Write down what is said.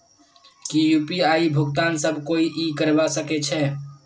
की यु.पी.आई भुगतान सब कोई ई करवा सकछै?